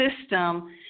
system